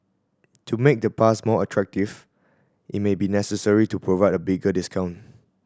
to make the pass more attractive it may be necessary to provide a bigger discount